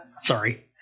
sorry